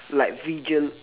like visual